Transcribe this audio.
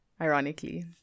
Ironically